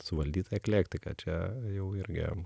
suvaldyta eklektika čia jau irgi